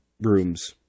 rooms